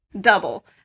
double